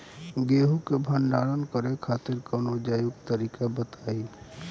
गेहूँ क भंडारण करे खातिर कवनो जैविक तरीका बताईं?